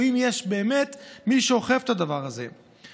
האם יש באמת מי שאוכף את הדבר הזה,